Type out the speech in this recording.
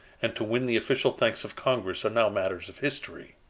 and to win the official thanks of congress are now matters of history.